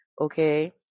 Okay